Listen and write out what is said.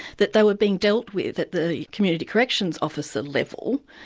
that they were being dealt with at the community corrections officer level,